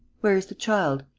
where is the child?